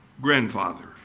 grandfather